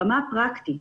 ברמה הפרקטית,